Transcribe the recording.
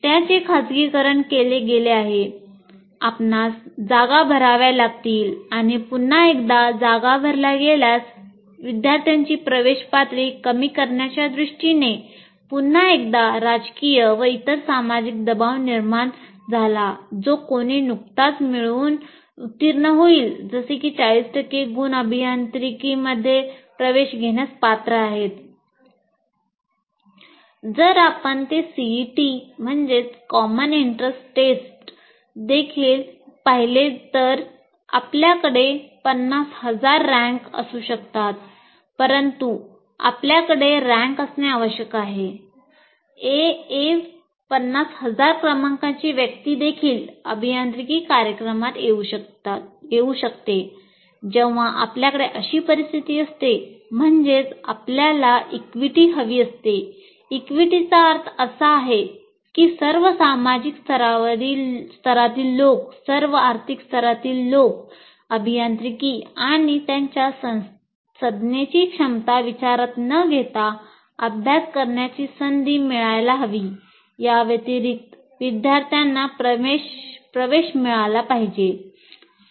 त्याचे खाजगीकरणही केले गेले आहे आपणास जागा भराव्या लागतील आणि पुन्हा एकदा जागा भरल्या गेल्यास विद्यार्थ्यांची प्रवेश पातळी कमी करण्याच्या दृष्टीने पुन्हा एकदा राजकीय व इतर सामाजिक दबाव निर्माण झाला म्हणजे जो कोणी नुकताच मिळवून उत्तीर्ण होईल जसे कि 40 टक्के गुण अभियांत्रिकीमध्ये प्रवेश घेण्यासाठी पात्र आहेत